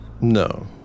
No